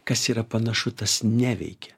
kas yra panašu tas neveikia